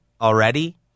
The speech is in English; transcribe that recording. Already